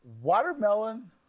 watermelon